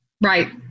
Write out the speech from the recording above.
right